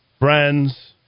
Friends